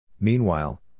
Meanwhile